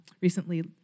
recently